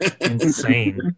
insane